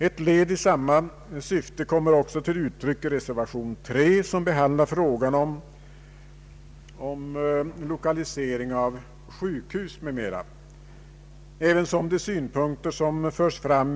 Ett led i samma syfte kommer också till uttryck i reservation 3, som behandlar frågan om lokalisering av sjukhus m.m.